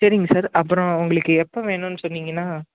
சரிங்க சார் அப்புறம் உங்களுக்கு எப்போ வேணும் சொன்னீங்கன்னா